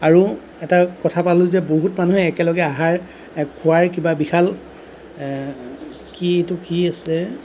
আৰু এটা কথা পালোঁ যে বহুত মানুহে একেলগে আহাৰ খোৱাৰ কিবা বিশাল কি এইটো কি আছে